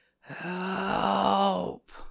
Help